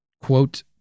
quote